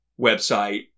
website